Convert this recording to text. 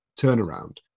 turnaround